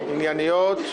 ענייניות,